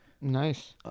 Nice